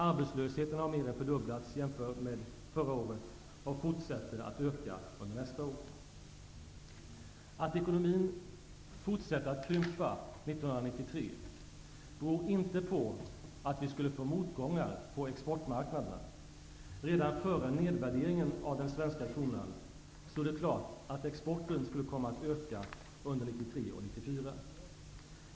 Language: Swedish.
Arbetslösheten har mer än fördubblats jämfört med förra året och fortsätter att öka under nästa år. Att ekonomin fortsätter att krympa 1993 beror inte på att vi skulle få motgångar på exportmarknaderna. Redan före nedvärderingen av den svenska kronan stod det klart att exporten skulle komma att öka under 1993 och 1994.